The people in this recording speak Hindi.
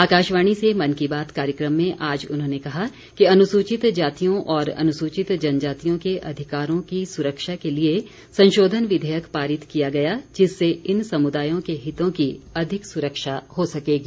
आकाशवाणी से मन की बात कार्यक्रम में आज उन्होंने कहा कि अनुसूचित जातियों और अनुसूचित जनजातियों के अधिकारों की सुरक्षा के लिए संशोधन विघेयक पारित किया गया जिससे इन समुदायों के हितों की अधिक सुरक्षा हो सकेगी